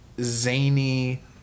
zany